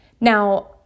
Now